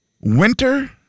Winter